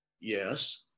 yes